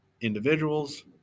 individuals